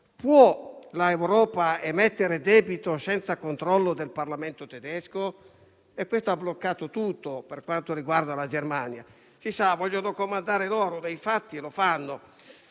Può l'Europa emettere debito senza controllo del Parlamento tedesco? Questo ha bloccato tutto, per quanto riguarda la Germania. Si sa, vogliono comandare loro e infatti lo fanno.